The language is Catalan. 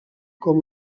com